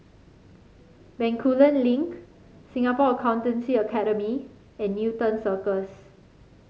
Bencoolen Link Singapore Accountancy Academy and Newton Cirus